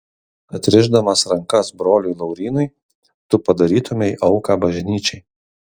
atrišdamas rankas broliui laurynui tu padarytumei auką bažnyčiai